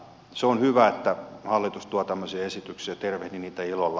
se on hyvä että hallitus tuo tämmöisiä esityksiä tervehdin niitä ilolla